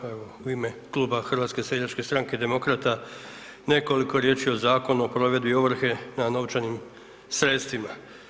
Evo, u ime Kluba HSS-a i Demokrata nekoliko riječi o Zakonu o provedbi ovrhe na novčanim sredstvima.